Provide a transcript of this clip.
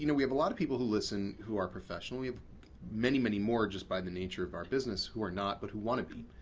you know we have a lot of people who listen who are professionals. we have many, many more, just by the nature of our business, who are not but who want to be.